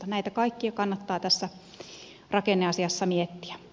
näitä kaikkia kannattaa tässä rakenneasiassa miettiä